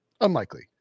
unlikely